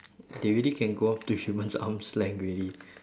they already can grow up to human arms length already